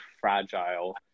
fragile